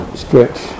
stretch